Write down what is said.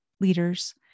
leaders